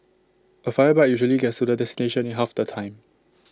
A fire bike usually gets to the destination in half the time